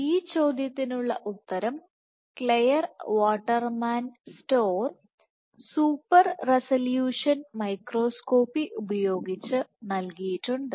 ഈ ചോദ്യത്തിനുള്ള ഉത്തരം Clare Waterman STORM super resolution microscopy ഉപയോഗിച്ച് നൽകിയിട്ടുണ്ട്